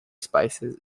spiciness